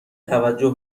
توجه